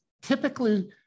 typically